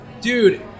dude